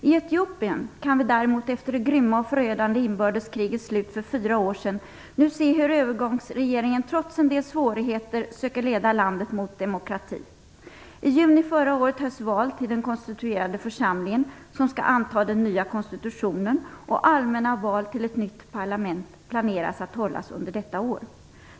I Etiopien kan vi däremot efter det grymma och förödande inbördeskrigets slut för fyra år sedan nu se hur övergångsregeringen trots en del svårigheter söker leda landet mot demokrati. I juni förra året hölls val till den konstituerande församling som skall anta den nya konstitutionen, och allmänna val till ett nytt parlament planeras att hållas under detta år.